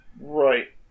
Right